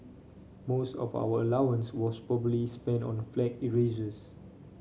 most of our allowance was probably spent on flag erasers